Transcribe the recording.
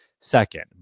second